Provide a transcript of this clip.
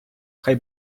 хай